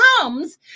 comes